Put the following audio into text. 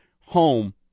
home